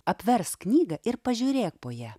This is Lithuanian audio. apversk knygą ir pažiūrėk po ja